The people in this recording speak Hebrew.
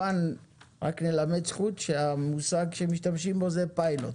נלמד זכות שהמושג שמשתמשים בו הוא פיילוט.